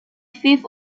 fifth